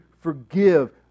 forgive